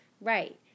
Right